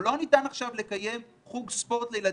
או לא ניתן לקיים חוג ספורט לילדים,